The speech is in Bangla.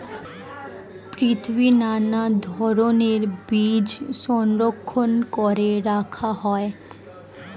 পৃথিবীর নানা ধরণের বীজ সংরক্ষণ করে রাখা হয়